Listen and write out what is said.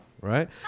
right